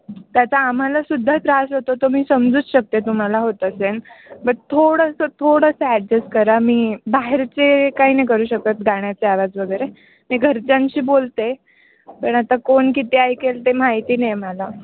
त्याचा आम्हालासुद्धा त्रास होतो तर मी समजूच शकते तुम्हाला होत असेल बट थोडंसं थोडंसं ॲडजेस्ट करा मी बाहेरचे काय नाही करू शकत गाण्याचे आवाज वगैरे मी घरच्यांशी बोलते पण आता कोण किती ऐकेल ते माहिती नाही मला